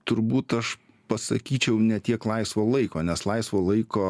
turbūt aš pasakyčiau ne tiek laisvo laiko nes laisvo laiko